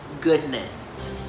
goodness